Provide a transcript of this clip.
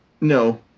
no